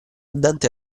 dante